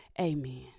amen